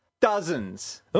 Dozens